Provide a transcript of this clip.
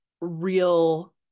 real